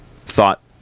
thought